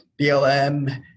BLM